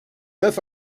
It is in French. neuf